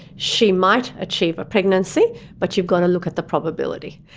she might achieve a pregnancy but you've got to look at the probability.